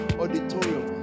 auditorium